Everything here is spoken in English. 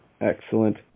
Excellent